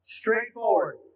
straightforward